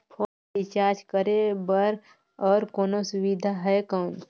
Phone मे recharge करे बर और कोनो सुविधा है कौन?